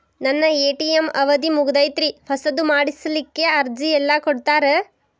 ನನ್ನ ಎ.ಟಿ.ಎಂ ಅವಧಿ ಮುಗದೈತ್ರಿ ಹೊಸದು ಮಾಡಸಲಿಕ್ಕೆ ಅರ್ಜಿ ಎಲ್ಲ ಕೊಡತಾರ?